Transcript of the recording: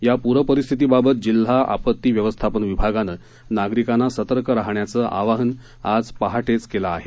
या पूर परिस्थितीबाबत जिल्ह्या आपत्ती व्यवस्थापन विभागानं नागरिकांना सतर्क राहण्याचं आवाहन आज पहाटेच केलं आहे